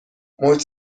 موج